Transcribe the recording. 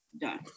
done